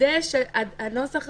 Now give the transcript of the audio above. יוצאי אתיופיה,